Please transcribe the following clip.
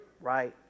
Right